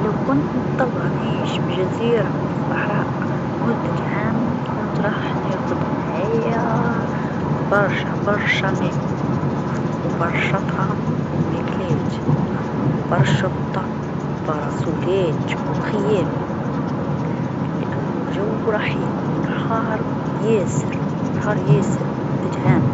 لو كنت مضطره نعيش في جزيره في الصحراء لمدة عام كنت راح ناخذ معايا برشا برشا ماء و برشا طعام و ماكلات و برشا غطا و براسولات و خيم لأنو الجو راح يكون حار ياسر حار ياسر لمدة عام.